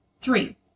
Three